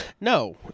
No